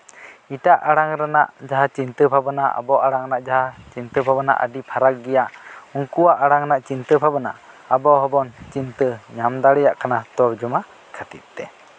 ᱮᱴᱟᱜ ᱟᱲᱟᱝ ᱨᱮᱭᱟᱜ ᱡᱟᱦᱟᱸ ᱪᱤᱱᱛᱟᱹ ᱵᱷᱟᱵᱱᱟ ᱟᱨ ᱟᱵᱚᱣᱟᱜ ᱟᱲᱟᱝ ᱨᱮᱭᱟᱜ ᱡᱟᱦᱟᱸ ᱪᱤᱱᱛᱟᱹ ᱵᱷᱟᱵᱱᱟ ᱟᱹᱰᱤ ᱯᱷᱟᱨᱟᱠ ᱜᱮᱭᱟ ᱩᱱᱠᱩᱣᱟᱜ ᱟᱲᱟᱝ ᱨᱮᱭᱟᱜ ᱪᱤᱱᱛᱟᱹ ᱵᱷᱟᱵᱱᱟ ᱟᱵᱚ ᱦᱚᱸᱵᱚᱱ ᱪᱤᱱᱛᱟᱹ ᱧᱟᱢ ᱫᱟᱲᱮᱭᱟᱜ ᱠᱟᱱᱟ ᱛᱚᱨᱡᱚᱢᱟ ᱠᱷᱟᱹᱛᱤᱨ ᱛᱮ